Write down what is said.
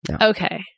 Okay